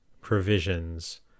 Provisions